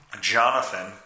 Jonathan